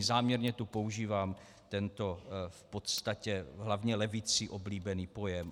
Záměrně tu používám tento v podstatě hlavně levicí oblíbený pojem.